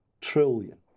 Trillion